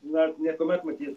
na niekuomet matyt